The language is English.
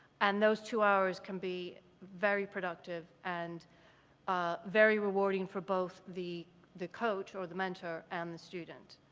and those two hours can be very productive and ah very rewarding for both the the coach or the mentor and the student.